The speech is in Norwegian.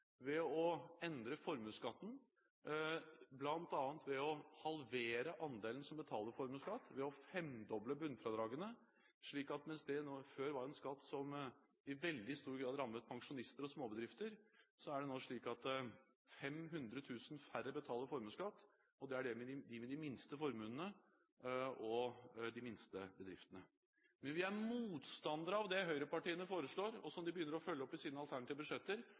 ved å endre formuesskatten, bl.a. ved å halvere andelen som betaler formuesskatt ved å femdoble bunnfradragene. Mens dette før var en skatt som i veldig stor grad rammet pensjonister og småbedrifter, er det nå 500 000 færre som betaler formuesskatt, og det er dem med de minste formuene og de minste bedriftene. Men vi er motstandere av det høyrepartiene foreslår, og som de begynner å følge opp i sine alternative budsjetter